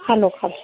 ꯈꯜꯂꯣ ꯈꯜꯂꯣ